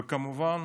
וכמובן